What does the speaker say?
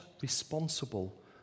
responsible